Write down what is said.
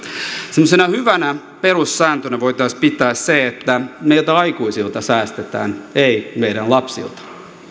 semmoisena hyvänä perussääntönä voitaisiin pitää sitä että meiltä aikuisilta säästetään ei meidän lapsiltamme